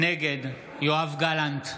נגד יואב גלנט,